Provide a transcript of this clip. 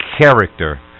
character